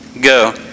go